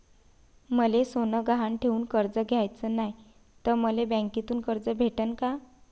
मले सोनं गहान ठेवून कर्ज घ्याचं नाय, त मले बँकेमधून कर्ज भेटू शकन का?